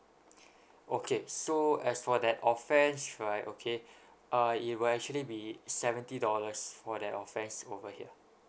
okay so as for that offence right okay uh it will actually be seventy dollars for that offence over here